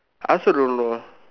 I also don't know